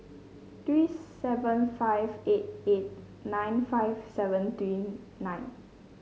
three seven five eight eight nine five seven three nine